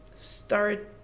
start